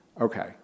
Okay